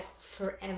forever